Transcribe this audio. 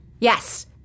Yes